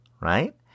right